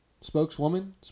spokeswoman